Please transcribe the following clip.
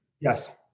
Yes